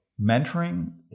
mentoring